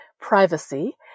privacy